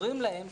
אומרים להם,